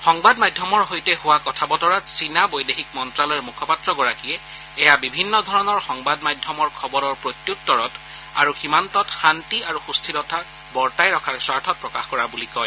সংবাদ মাধ্যমৰ সৈতে হোৱা কথা বতৰাত চীনা বৈদেশিক মন্ত্ৰালয়ৰ মুখপাত্ৰগৰাকীয়ে এয়া বিভিন্নধৰণৰ সংবাদ মাধ্যমৰ খবৰৰ প্ৰত্য্ত্ৰত আৰু সীমান্তত শান্তি আৰু সুস্থিৰতা বৰ্তাই ৰখাৰ স্বাৰ্থত প্ৰকাশ কৰা বুলি কয়